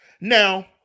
Now